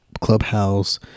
clubhouse